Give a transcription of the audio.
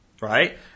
right